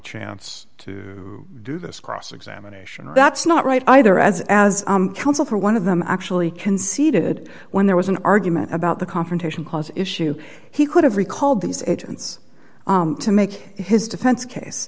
chance to do this cross examination and that's not right either as as counsel for one of them actually conceded when there was an argument about the confrontation clause issue he could have recalled these agents to make his defense case